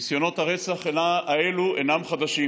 ניסיונות הרצח האלה אינם חדשים.